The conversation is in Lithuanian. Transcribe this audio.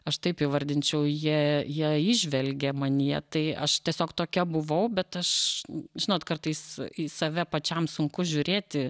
aš taip įvardinčiau jie jie įžvelgia manyje tai aš tiesiog tokia buvau bet aš žinot kartais į save pačiam sunku žiūrėti